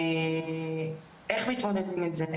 איך מתמודדים עם זה?